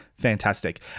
fantastic